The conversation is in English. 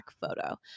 photo